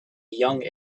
young